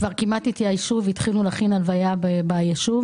כבר כמעט התייאשו והתחילו להכין הלוויה בישוב.